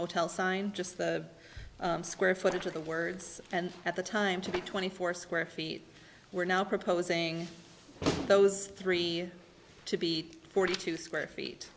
hotel sign just square footage of the words and at the time to be twenty four square feet we're now proposing those three to be forty two square feet